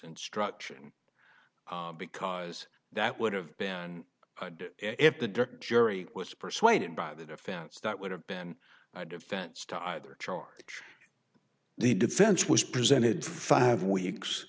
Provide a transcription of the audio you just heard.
instruction because that would have been if the direct jury was persuaded by the defense that would have been a defense to either charge the defense was presented five weeks